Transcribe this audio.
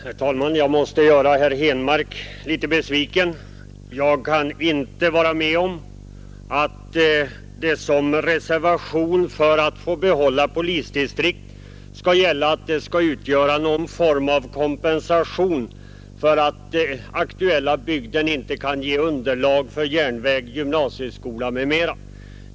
Herr talman! Jag måste göra herr Henmark besviken. Jag kan inte gå med på att ett skäl för att få behålla polisdistrikt skall vara att detta utgör något slags kompensation för att den aktuella bygden inte kan ge underlag för järnväg, gymnasieskola, m.m.